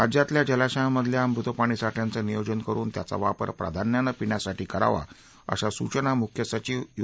राज्यातल्या जलाशयांमधल्या मृत पाणीसाठ्याचं नियोजन करुन त्याचा वापर प्राधान्यानं पिण्यासाठी करावा अशा सूचना मुख्य सचिव यु